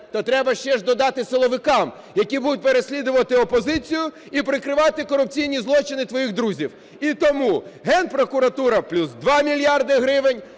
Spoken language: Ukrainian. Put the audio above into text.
то треба ще ж додати силовикам, які будуть переслідувати опозицію і прикривати корупційні злочини твоїх друзів. І тому Генпрокуратура – плюс 2 мільярди гривень,